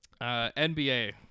NBA